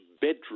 bedroom